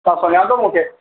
तव्हां सुञा थो मूंखे